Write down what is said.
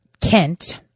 Kent